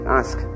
ask